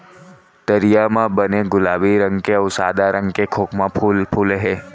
तरिया म बने गुलाबी रंग के अउ सादा रंग के खोखमा फूल फूले हे